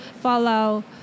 follow